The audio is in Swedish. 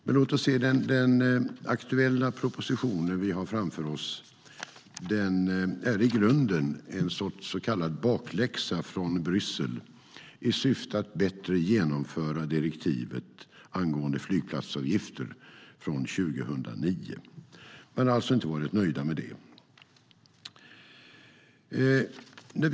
Den aktuella propositionen som vi har framför oss är i grunden en sorts bakläxa från Bryssel i syfte att bättre genomföra direktivet angående flygplatsavgifter från 2009. Man har alltså inte varit nöjd med detta.